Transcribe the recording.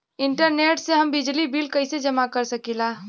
Internet से हम बिजली बिल कइसे जमा कर सकी ला?